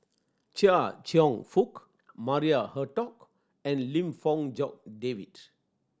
Chia Cheong Fook Maria Hertogh and Lim Fong Jock David